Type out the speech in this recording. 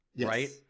right